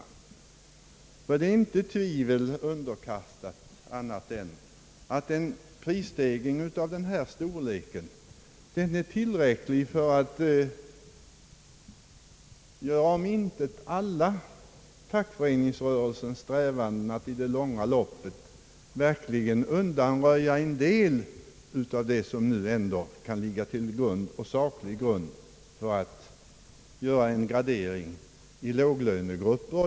Det är intet tvivel underkastat att en prisstegring av denna storlek är tillräcklig för att omintetgöra fackföreningsrörelsens alla strävanden att i det långa loppet verkligen undanröja en del av det som nu ändå kan läggas till saklig grund för att göra en gradering i låglönegrupper.